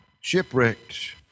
shipwrecked